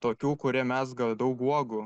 tokių kurie mezga daug uogų